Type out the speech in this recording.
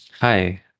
Hi